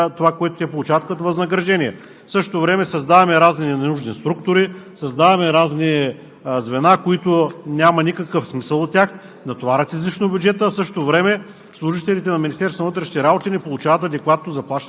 борят престъпността в държавата, а ние тук като народни представители нехаем за това, което те получават като възнаграждение. В същото време създаваме разни ненужни структури, създаваме разни звена, от които няма никакъв смисъл, товарят